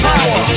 Power